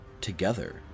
Together